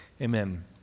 Amen